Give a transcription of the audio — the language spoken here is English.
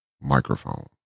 microphone